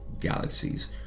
galaxies